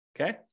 Okay